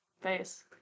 face